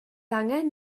angen